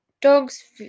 dogs